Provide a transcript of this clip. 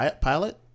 Pilot